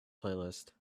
playlist